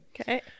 Okay